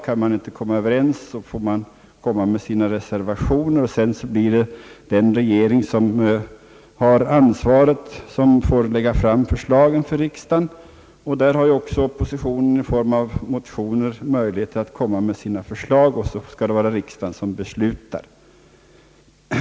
Kan man inte komma överens, får man avlämna reservationer, och sedan blir det regeringen som har ansvaret och som får lägga fram förslagen för riksdagen. Där har också oppositionen möjlighet att i form av motioner komma med sina förslag, och så skall det vara riksdagen som beslutar.